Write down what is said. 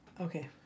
Okay